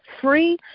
free